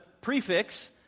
prefix